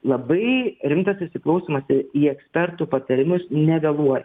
labai rimtas įsiklausymas į ekspertų patarimus nevėluojant